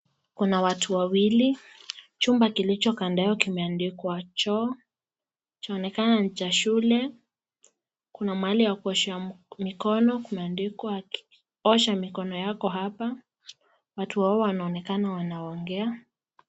Kuna watu wawili. Chumba kilichokandao kimeandikwa "Choo". Kina onekana ni cha shule. Kuna mahali ya kuoshwa mikono kumeandikwa "Osha mikono yako hapa". Watu wawili wanaonekana wanaongea.